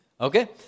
okay